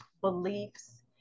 beliefs